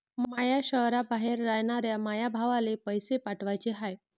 माया शैहराबाहेर रायनाऱ्या माया भावाला पैसे पाठवाचे हाय